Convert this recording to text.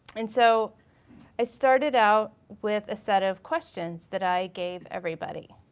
and so i started out with a set of questions that i gave everybody.